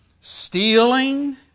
stealing